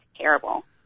terrible